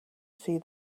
see